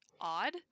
odd